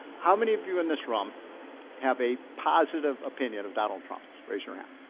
how many of you in this room have a positive opinion of donald trump? raise your hand.